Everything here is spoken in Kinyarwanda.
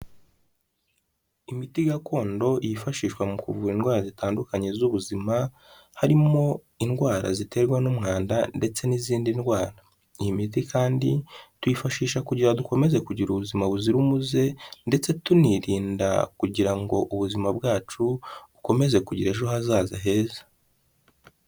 Imiti gakondo yifashishwa mu kuvura indwara zitandukanye z'ubuzima harimo indwara ziterwa n'umwanda ndetse n'izindi ndwara ni imiti kandi twifashisha kugira ngo dukomeze kugira ubuzima buzira umuze ndetse tunirinda kugira ngo ubuzima bwacu bukomeze kugira ejo hazaza heza.